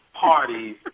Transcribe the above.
parties